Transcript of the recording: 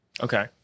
Okay